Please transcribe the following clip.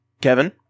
Kevin